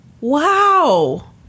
Wow